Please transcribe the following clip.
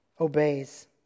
obeys